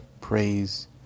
praise